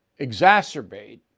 exacerbate